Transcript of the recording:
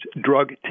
drug